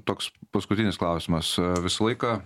toks paskutinis klausimas visą laiką